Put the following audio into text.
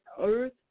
Earth